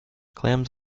clams